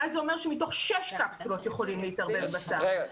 ואז זה אומר שמתוך שש קפסולות יכולים להתערבב בצהרונים.